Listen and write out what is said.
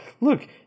Look